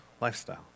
lifestyle